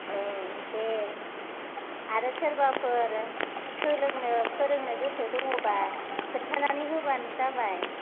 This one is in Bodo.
औ दे आरो सोरबाफोर सोलोंनो फोरोंनो गोसो दङबा खिन्थानानै होबानो जाबाय